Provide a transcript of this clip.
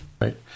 Right